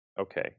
okay